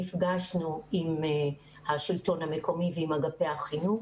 נפגשנו עם השלטון המקומי ואגפי החינוך.